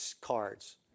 cards